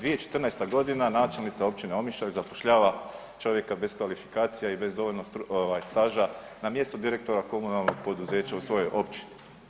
2014. godina načelnica općine Omišalj zapošljava čovjeka bez kvalifikacija i bez dovoljno ovaj staža na mjesto direktora komunalnog poduzeća u svojoj općini.